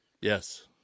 Yes